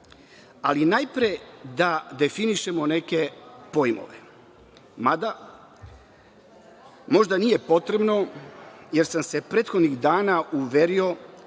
celini. Najpre da definišemo neke pojmove, mada, možda nije potrebno, jer sam se prethodnih dana uverio